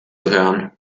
hören